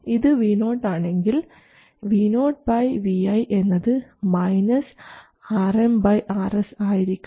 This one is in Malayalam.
ഇത് Vo ആണെങ്കിൽ Vo Vi എന്നത് RmRs ആയിരിക്കും